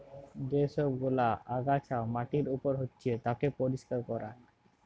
যে সব গুলা আগাছা মাটির উপর হচ্যে তাকে পরিষ্কার ক্যরা